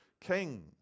king